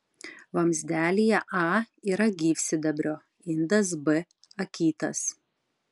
vamzdelyje a yra gyvsidabrio indas b akytas